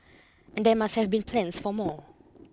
and there must have been plans for more